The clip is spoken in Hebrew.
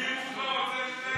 סימן שצופים,